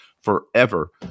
forever